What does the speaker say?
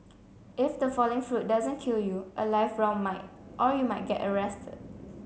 if the falling fruit doesn't kill you a live round might or you might get arrested